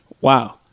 Wow